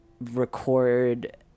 record